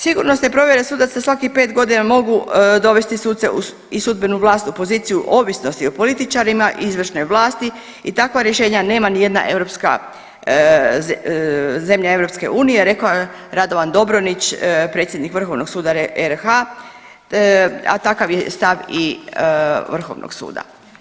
Sigurnosne provjere sudaca svakih 5 godina mogu dovesti suce i sudbenu vlast u poziciju ovisnosti o političarima izvršne vlasti i takva rješenja nema ni jedna europska, zemlja EU rekao je Radovan Dobronić predsjednik Vrhovnog suda RH, a takav je stav i Vrhovnog suda.